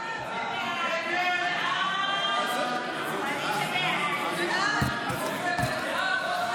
ההצעה להעביר את הצעת חוק